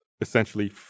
essentially